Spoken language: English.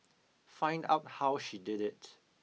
find out how she did it